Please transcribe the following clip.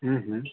हुँ हुँ